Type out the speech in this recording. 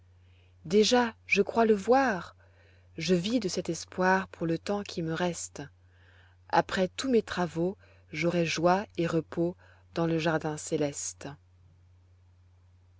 déjà je crois le voir je vis de cet espoir pour le temps qui me reste après tous mes travaux j'aurai joie et repos dans le jardin céleste